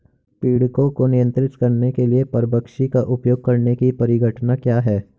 पीड़कों को नियंत्रित करने के लिए परभक्षी का उपयोग करने की परिघटना क्या है?